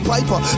Piper